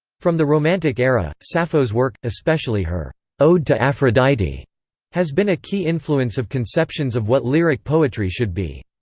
from the romantic era, sappho's work especially her ode to aphrodite has been a key influence of conceptions of what lyric poetry should be.